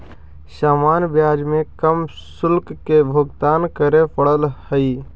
सामान्य ब्याज में कम शुल्क के भुगतान करे पड़ऽ हई